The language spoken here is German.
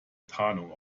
tarnung